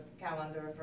calendar